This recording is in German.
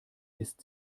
ist